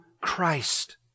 Christ